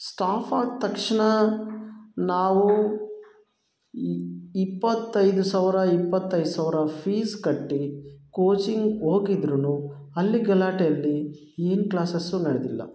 staff ಆದ ತಕ್ಷಣ ನಾವು ಇ ಇಪ್ಪತ್ತೈದು ಸಾವಿರ ಇಪ್ಪತ್ತೈದು ಸಾವಿರ ಫೀಸ್ ಕಟ್ಟಿ ಕೋಚಿಂಗ್ ಹೋಗಿದ್ರುನು ಅಲ್ಲಿ ಗಲಾಟೆಯಲ್ಲಿ ಏನೂ ಕ್ಲಾಸಸ್ಸು ನೆಡೆದಿಲ್ಲ